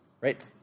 right